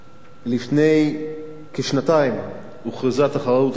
לפני כשנתיים הוכרזה התחרות הזאת,